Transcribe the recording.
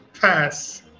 Pass